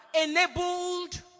enabled